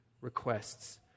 requests